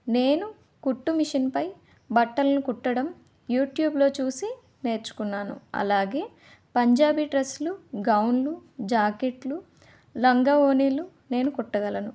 నేను కుట్టు మెషిన్పై బట్టలను కుట్టడం యూట్యూబ్లో చూసి నేర్చుకున్నాను అలాగే పంజాబీ డ్రెస్లు గౌన్లు జాకెట్లు లంగా ఓనీలు నేను కుట్టగలను